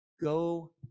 go